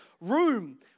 room